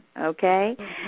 okay